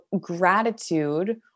gratitude